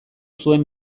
zuen